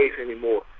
anymore